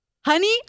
honey